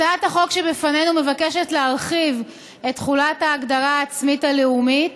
הצעת החוק שבפנינו מבקשת להרחיב את תחולת ההגדרה העצמית הלאומית